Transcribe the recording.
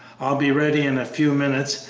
i'll be ready in a few minutes,